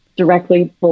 directly